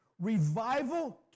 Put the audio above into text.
Revival